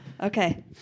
Okay